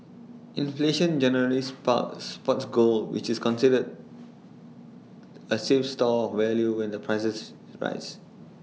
inflation generally supports supports gold which is considered A safe store value when the prices rise